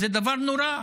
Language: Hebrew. זה דבר נורא.